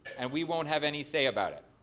and we won't have any say about it.